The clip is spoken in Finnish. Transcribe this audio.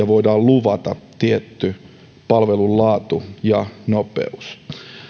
voidaan luvata tietty palvelun laatu ja nopeus